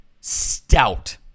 stout